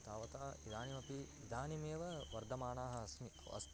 तावता इदानीमपि इदानीमेव वर्धमाना अस्मि अस्ति